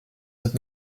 cette